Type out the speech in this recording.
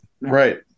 Right